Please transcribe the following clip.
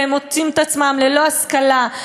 והם מוצאים את עצמם ללא השכלה,